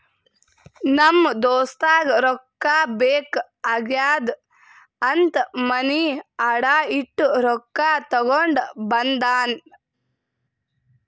ನಮ್ ದೋಸ್ತಗ ರೊಕ್ಕಾ ಬೇಕ್ ಆಗ್ಯಾದ್ ಅಂತ್ ಮನಿ ಅಡಾ ಇಟ್ಟು ರೊಕ್ಕಾ ತಗೊಂಡ ಬಂದಾನ್